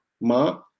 ma